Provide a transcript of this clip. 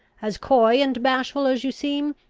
as coy and bashful as you seem,